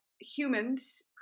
humans